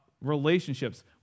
relationships